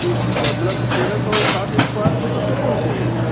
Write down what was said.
एक बीसवाँ मतलब तेरह सौ स्क्वायर फीट उसको बोलते हैं